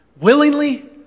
willingly